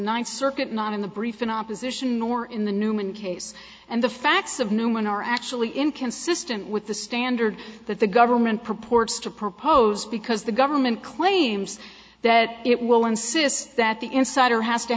ninth circuit not in the brief in opposition nor in the newman case and the facts of newman are actually inconsistent with the standard that the government purports to propose because the government claims that it will insist that the insider has to